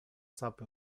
sape